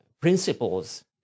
principles